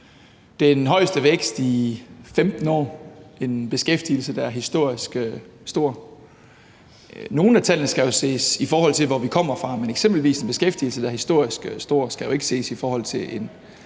den højeste vækst i 15 år, en beskæftigelse, der er historisk stor. Nogle af tallene skal jo ses i forhold til, hvor vi kommer fra, men eksempelvis en beskæftigelse, der er historisk stor, skal jo ikke ses i forhold til en